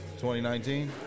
2019